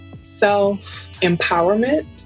self-empowerment